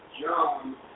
John